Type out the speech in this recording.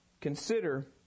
consider